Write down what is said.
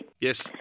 Yes